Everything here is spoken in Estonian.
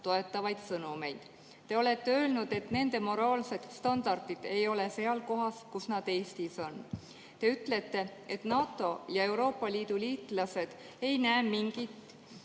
toetavaid sõnumeid. Te olete öelnud, et nende moraalsed standardid ei ole seal kohas, kus nad Eestis on. Te ütlete, et NATO ja Euroopa Liidu liitlased ei näe midagi